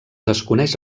desconeix